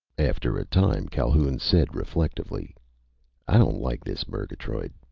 after a time calhoun said reflectively i don't like this, murgatroyd!